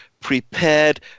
prepared